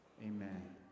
amen